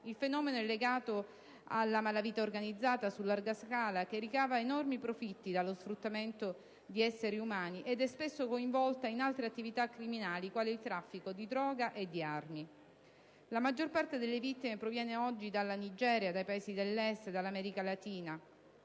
Il fenomeno è legato alla malavita organizzata su larga scala, che ricava enormi profitti dallo sfruttamento di esseri umani ed è spesso coinvolta in altre attività criminali, quali il traffico di droga e di armi. La maggior parte delle vittime proviene oggi dalla Nigeria, dai Paesi dell'Est e dall'America latina.